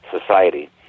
society